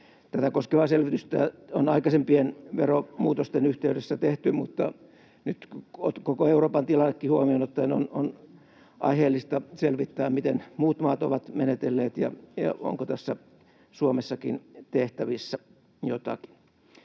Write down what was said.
Tätä koskevaa selvitystä on aikaisempien veromuutosten yhteydessä tehty, mutta nyt koko Euroopan tilannekin huomioon ottaen on aiheellista selvittää, miten muut maat ovat menetelleet ja onko tässä Suomessakin tehtävissä jotakin.